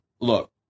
Look